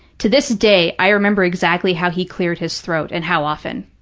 to this day, i remember exactly how he cleared his throat and how often.